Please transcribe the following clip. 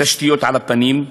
תשתיות על הפנים,